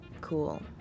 cool